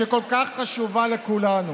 שכל כך חשובה לכולנו,